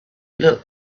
looked